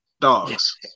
dogs